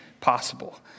possible